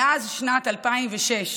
מאז שנת 2006,